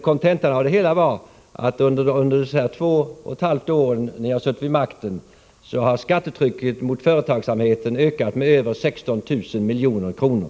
Kontentan var att under de två och ett halvt år ni har suttit vid makten har skattetrycket mot företagsamheten ökat med över 16 000 milj.kr.